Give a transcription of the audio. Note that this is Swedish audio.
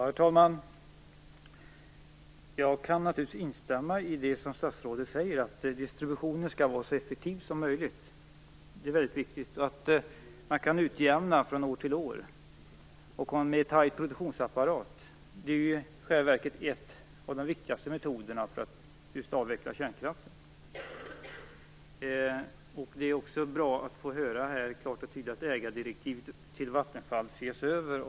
Herr talman! Jag kan naturligtvis instämma i det statsrådet säger om att distributionen skall vara så effektiv som möjligt. Det är viktigt, liksom att man kan utjämna från år till år och ha en väldigt tajt produktionsapparat. Det är en av de viktigaste metoderna för att avveckla kärnkraften. Det är också bra att klart och tydligt få höra att ägardirektivet till Vattenfall ses över.